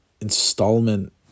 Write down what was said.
installment